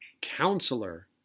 counselor